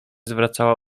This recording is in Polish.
zwracała